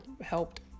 helped